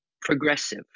progressive